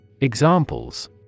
Examples